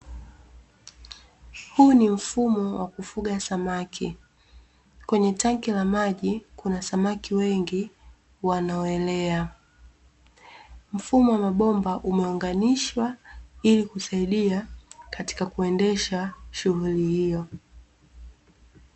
Huu ni mfumo wa kufuga samaki. Kwenye tanki la maji kuna samaki wengi wanaoelea. Mfumo wa mabomba umeunganishwa ili kusaidia katika kuendesha shughuli hiyo.